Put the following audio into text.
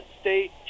state